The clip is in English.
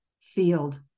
field